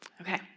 Okay